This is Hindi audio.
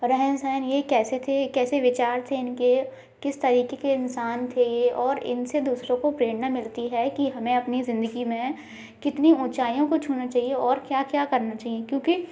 रहन सहन ये कैसे थे कैसे विचार थे इनके किस तरीके के इंसान थे ये और इनसे दूसरो को प्रेरणा मिलती है कि हमें अपनी जिन्दगी में कितनी ऊँचाइयों को छूना चाहिए और क्या क्या करना चाहिए क्योंकि